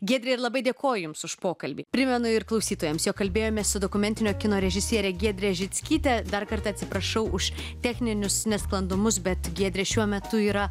giedre ir labai dėkoju jums už pokalbį primenu ir klausytojams jog kalbėjomės su dokumentinio kino režisiere giedre žickyte dar kartą atsiprašau už techninius nesklandumus bet giedrė šiuo metu yra